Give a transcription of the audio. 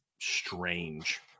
strange